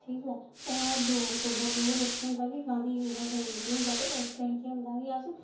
ओह् ऐ दो अक्तूबर ओह्दे बिच केह् होंदा की गांधी जी दा जन्मदिन होंदा ते उस दिन केह् होंदा कि अस